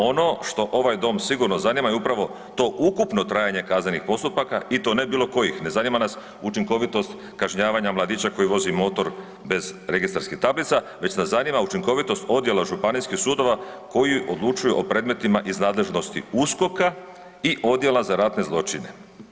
Ono što ovaj dom sigurno zanima je upravo to ukupno trajanje kaznenih postupaka i to ne bilo kojih, ne zanima nas učinkovitost kažnjavanja mladića koji vozi motor bez registarskih tablica već nas zanima učinkovitost odjela županijskih sudova koji odlučuju o predmetima iz nadležnosti USKOK-a i odjela za ratne zločine.